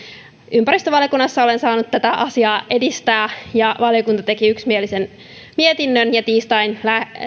ympäristövaliokunnassa olen saanut tätä asiaa edistää valiokunta teki yksimielisen mietinnön ja tiistain